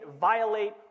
violate